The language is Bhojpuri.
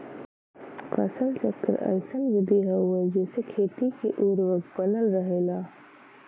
फसल चक्र अइसन विधि हउवे जेसे खेती क उर्वरक बनल रहला